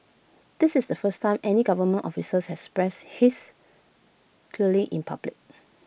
this is the first time any government officers has expressed his clearly in public